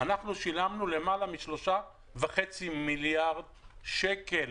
אנחנו שילמנו למעלה מ-3.5 מיליארד שקל,